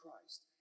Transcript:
Christ